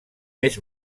més